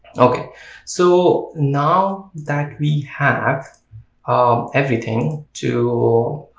okay so now that we have um everything to